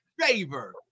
favor